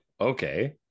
okay